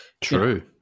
true